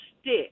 stick